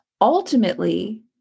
Ultimately